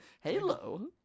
Halo